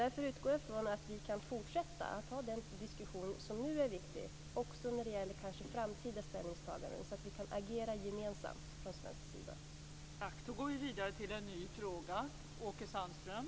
Därför utgår jag ifrån att vi kan fortsätta att föra den diskussion som nu är viktig också när det gäller framtidens ställningstaganden så att vi kan agera gemensamt från svensk sida.